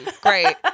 Great